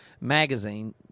magazine